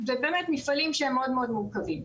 זה באמת מפעלים שהם מאוד מאוד מורכבים.